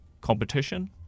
competition